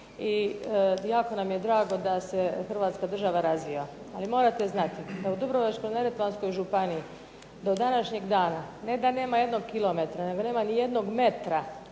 i jako nam je drago da se hrvatska država razvija. Ali morate znati da u Dubrovačko-neretvanskoj županiji, do današnjeg dana, ne da nema jednog kilometra, nego nema ni jednog metra